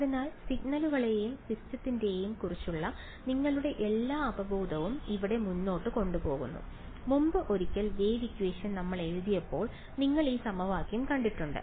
അതിനാൽ സിഗ്നലുകളെയും സിസ്റ്റങ്ങളെയും കുറിച്ചുള്ള നിങ്ങളുടെ എല്ലാ അവബോധവും ഇവിടെ മുന്നോട്ട് കൊണ്ടുപോകുന്നു മുമ്പ് ഒരിക്കൽ വേവ് ഇക്വേഷൻ നമ്മൾ എഴുതിയപ്പോൾ നിങ്ങൾ ഈ സമവാക്യം കണ്ടിട്ടുണ്ട്